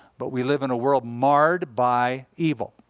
but we live in a world marred by evil.